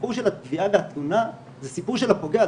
הסיפור של התביעה והתלונה זה סיפור של הפוגע,